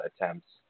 attempts